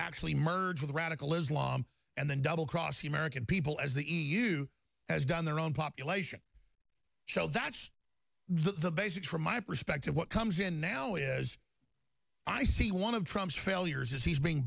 actually merge with radical islam and then double cross the american people as the e u has done their own population that's the basic from my perspective what comes in now is i see one of trump's failures as he's being